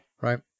right